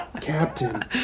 Captain